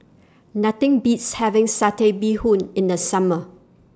Nothing Beats having Satay Bee Hoon in The Summer